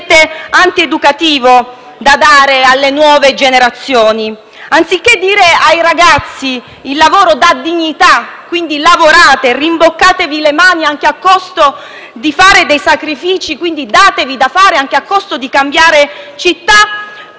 antieducativo da dare alle nuove generazioni. Anziché dire ai ragazzi che il lavoro dà dignità, quindi bisogna lavorare, rimboccarsi le maniche anche a costo di fare dei sacrifici, darsi da fare anche a costo di cambiare città,